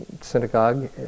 synagogue